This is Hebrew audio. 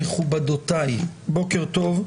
מכובדותיי, בוקר טוב.